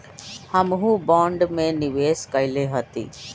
हमहुँ बॉन्ड में निवेश कयले हती